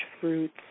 fruits